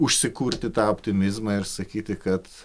užsikurti tą optimizmą ir sakyti kad